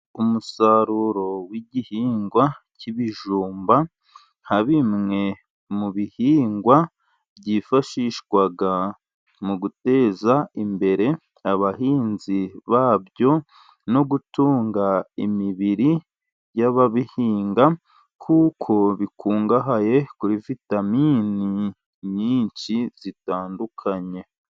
Umusaruro w'igihingwa cy'ibijumba nka bimwe mu bihingwa byifashishwa mu guteza imbere abahinzi babyo, no gutunga imibiri y'ababihinga, kuko bikungahaye kuri vitamini nyinshi zitandukanye.